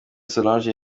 solange